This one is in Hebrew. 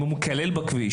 אם הוא מקלל בכביש?